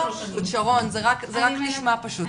שרון, זה רק נשמע פשוט.